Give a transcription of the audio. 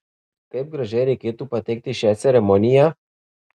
kaip gražiai reikėtų pateikti šią ceremoniją